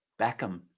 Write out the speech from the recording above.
Beckham